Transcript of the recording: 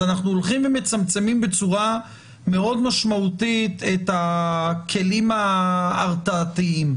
אז אנחנו הולכים ומצמצמים בצורה מאוד משמעותית את הכלים ההרתעתיים.